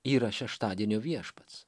yra šeštadienio viešpats